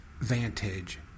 vantage